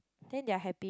then they are happy